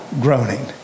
groaning